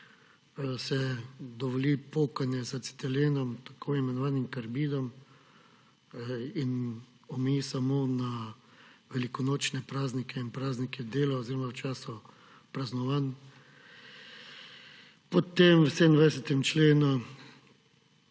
se dovoli pokanje z acetilenom, tako imenovanim karbidom, in omeji samo na velikonočne praznike in praznik dela oziroma v času praznovanj. Potem v 27. členu